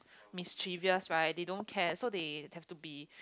mischievous right they don't care so they have to be